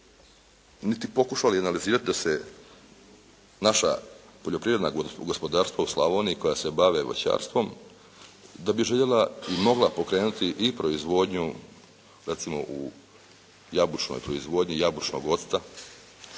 niti pokušali analizirati da se naša poljoprivredna gospodarstva u Slavoniji koja se bave voćarstvom da bi željela i mogla pokrenuti i proizvodnju recimo u jabučnoj proizvodnji, jabučnog octa,